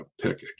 pick